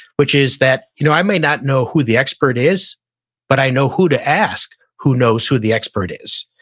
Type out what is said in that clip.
which is that you know i might not know who the expert is but i know who to ask who knows who the expert is.